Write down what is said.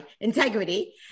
integrity